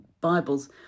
Bibles